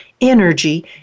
energy